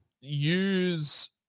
Use